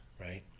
right